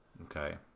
Okay